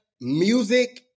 music